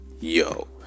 yo